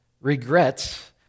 regrets